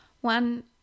one